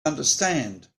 understand